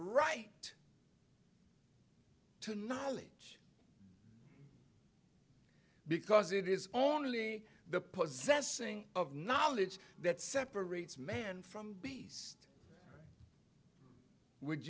right to knowledge because it is only the possessing of knowledge that separates man from beast would